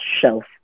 shelf